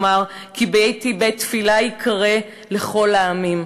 אמר: "כי ביתי בית תפילה יקרא לכל העמים".